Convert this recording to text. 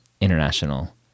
international